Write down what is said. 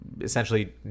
essentially